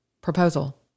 proposal